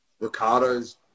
Ricardo's